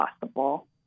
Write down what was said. possible